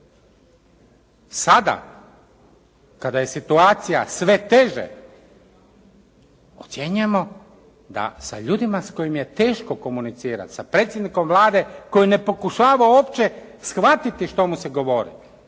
Sada kada je situacija sve teža, ocjenjujemo da sa ljudima s kojima je teško komunicirati, s predsjednikom Vlade koji ne pokušava uopće shvatiti što mu se govori.